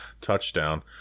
touchdown